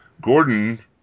Gordon